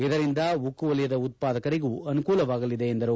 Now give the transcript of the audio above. ಇದರಿಂದ ಉಕ್ಕು ವಲಯದ ಉತ್ಪಾದಕರಿಗೂ ಅನುಕೂಲವಾಗಲಿದೆ ಎಂದರು